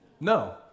No